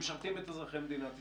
שמשרתים את אזרחי מדינת ישראל?